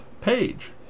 page